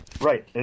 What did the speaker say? Right